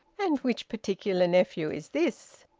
and which particular nephew is this?